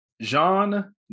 Jean